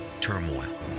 turmoil